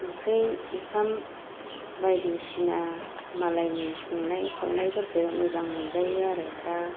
ओंख्रि ओंखाम बायदिसिना मालायनि संनाय खावनायफोरखौ मोजां मोनजायो आरो दा